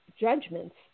judgments